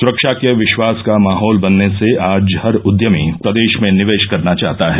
सुरक्षा के विश्वास का माहौल बनर्ने से आज हर उद्यमी प्रदेश में निवेश करना चाहता है